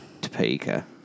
Topeka